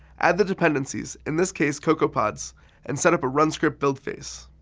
add the dependencies in this case, cocoapods and set up a run script build phase.